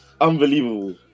unbelievable